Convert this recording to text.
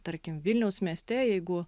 tarkim vilniaus mieste jeigu